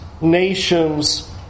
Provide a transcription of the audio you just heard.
nations